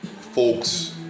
folks